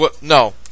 no